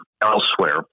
elsewhere